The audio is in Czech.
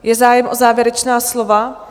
Je zájem o závěrečná slova?